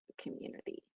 community